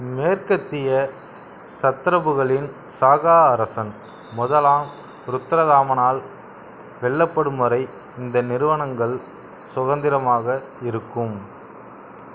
மேற்கத்திய சத்ரபுகளின் சாகா அரசன் முதலாம் ருத்ரதாமனால் வெல்லப்படும் வரை இந்த நிறுவனங்கள் சுதந்திரமாக இருக்கும்